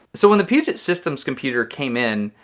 so when the puget systems computer came in,